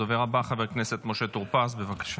הדובר הבא, חבר הכנסת משה טור פז, בבקשה.